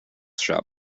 shop